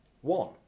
one